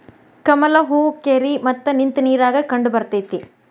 ಕಮಲ ಹೂ ಕೆರಿ ಮತ್ತ ನಿಂತ ನೇರಾಗ ಕಂಡಬರ್ತೈತಿ